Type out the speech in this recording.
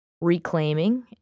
reclaiming